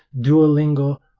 duolingo,